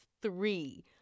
three